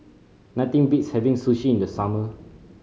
nothing beats having Sushi in the summer